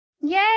Yay